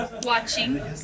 Watching